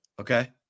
Okay